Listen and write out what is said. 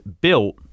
built